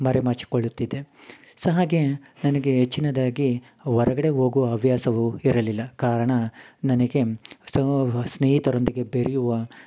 ಮರೆ ಮಾಚಿಕೊಳ್ಳುತ್ತಿದೆ ಸ ಹಾಗೇ ನನಗೆ ಹೆಚ್ಚಿನದಾಗಿ ಹೊರ್ಗಡೆ ಹೋಗುವ ಹವ್ಯಾಸವು ಇರಲಿಲ್ಲ ಕಾರಣ ನನಗೆ ಸೋ ಸ್ನೇಹಿತರೊಂದಿಗೆ ಬೆರೆಯುವ